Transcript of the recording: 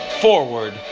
Forward